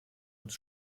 uns